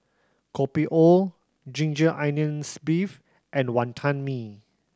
Kopi O ginger onions beef and Wonton Mee